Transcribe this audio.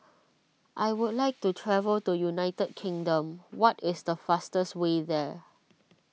I would like to travel to United Kingdom what is the fastest way there